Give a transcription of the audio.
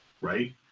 right